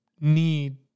need